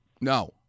No